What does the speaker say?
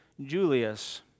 Julius